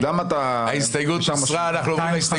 הצבעה ההסתייגות לא התקבלה.